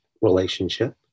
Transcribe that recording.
relationship